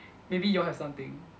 maybe y'all have something